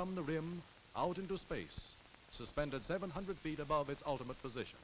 from the rim out into space suspended seven hundred feet above its ultimate position